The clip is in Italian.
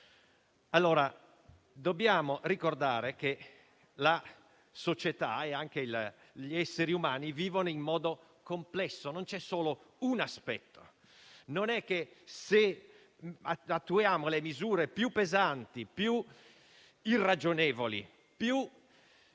Italia. Dobbiamo ricordare che la società e gli esseri umani vivono in modo complesso. Non c'è solo un aspetto; non è detto che se attuiamo misure più pesanti, più irragionevoli, o